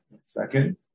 Second